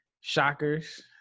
shockers